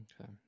Okay